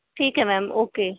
ਠੀਕ ਹੈ ma'am okay